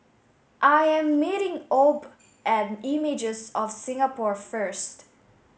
I am meeting Obe at Images of Singapore first